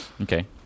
Okay